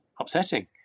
upsetting